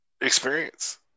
experience